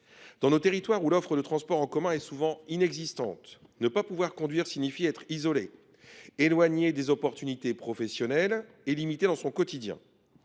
Dans des territoires où l’offre de transports en commun est souvent inexistante, ne pouvoir conduire signifie être isolé, éloigné des opportunités professionnelles et limité dans son quotidien.